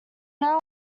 now